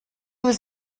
was